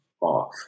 off